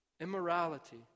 Immorality